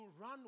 run